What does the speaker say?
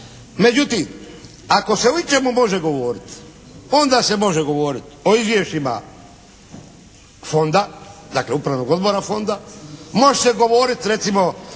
Međutim, ako se o ičemu može govoriti onda se može govoriti o izvješćima fonda, dakle Upravnog odbora fonda, može se govoriti recimo